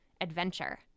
adventure